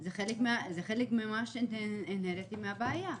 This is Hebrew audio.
זה חלק אינהרנטי מהבעיה.